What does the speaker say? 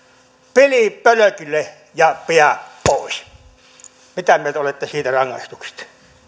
pilit pölkylle ja piät pois mitä mieltä olette siitä rangaistuksesta